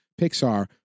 Pixar